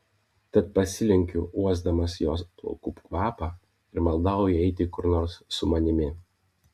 tad pasilenkiu uosdamas jos plaukų kvapą ir maldauju eiti kur nors su manimi